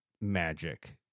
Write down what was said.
magic